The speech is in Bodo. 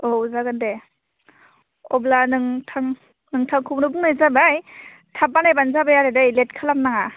औ जागोन दे अब्ला नोंथां नोंथांखौनो बुंनाय जाबाय थाब बानायबानो जाबाय आरो दै लेट खालाम नाङा